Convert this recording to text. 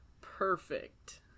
Perfect